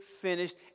finished